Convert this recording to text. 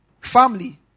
family